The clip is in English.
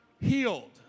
healed